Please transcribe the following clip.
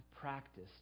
practice